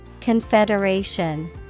Confederation